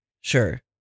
Sure